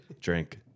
Drink